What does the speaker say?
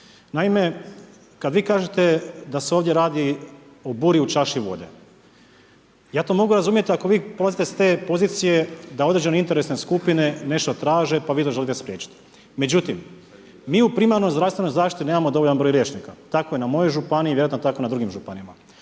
Naime, kada vi kažete da se ovdje radi o „buri u čaši vode“ ja to mogu razumjeti ako vi polazite s te pozicije da određene interesne skupine nešto traže, pa vi to želite spriječiti. Međutim, mi u primarnoj zdravstvenoj zaštiti nemamo dovoljan broj liječnika. Tako je na mojoj županiji, a vjerojatno je tako i na drugim županijama.